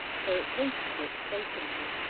so it's very quick, very simple.